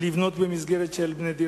לבנות במסגרת של "בנה דירתך".